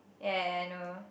ya ya I know